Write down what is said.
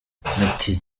ati